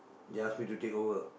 they ask me to take over